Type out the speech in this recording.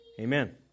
Amen